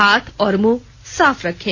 हाथ और मुंह साफ रखें